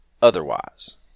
otherwise